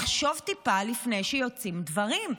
לחשוב טיפה לפני שיוצאים דברים.